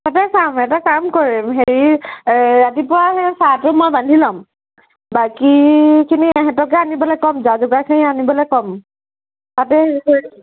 তাতে যাম এটা কাম কৰিম হেৰি এই ৰাতিপুৱা এই চাহটো মই বান্ধি ল'ম বাকীখিনি ইহঁতকে আনিবলৈ ক'ম যা যোগাৰখিনি আনিবলৈ ক'ম তাতে